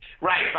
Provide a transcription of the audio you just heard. Right